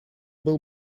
был